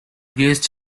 used